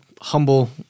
humble